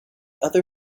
other